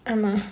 ஆமா:aamaa